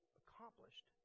accomplished